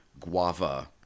Guava